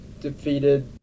defeated